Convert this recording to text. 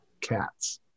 cats